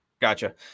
gotcha